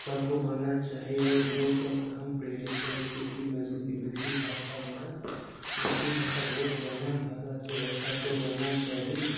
सभको बोलना चाही आओर लोग सभके हम प्रेरित करय छियै कि मैथिली मैथिली भाषा बोलय मैथिली भाषा बहुत बढ़िआँ भाषा छै आओर सभको बोलना चाही